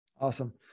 Awesome